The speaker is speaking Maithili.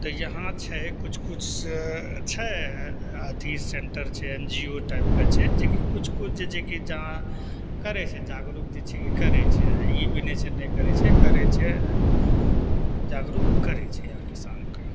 तऽ यहाँ छै किछु किछु छै अथी सेन्टर छै एन जी ओ टाइपके छै जे कि किछु किछु जे छै कि जाग करय छै जागरूक जे छै कि करय छै ई भी नहि छै नहि करय छै करय छै जागरूक करय छै किसानके